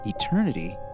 eternity